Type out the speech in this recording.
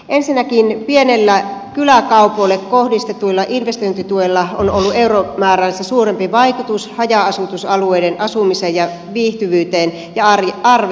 ensinnäkin pienellä kyläkaupoille kohdistetulla investointituella on ollut euromääräistä suurempi vaikutus haja asutusalueiden asumiseen ja viihtyvyyteen ja arjen turvaan